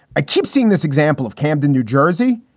i keep seeing this example of camden, new jersey.